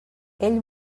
ell